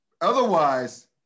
Otherwise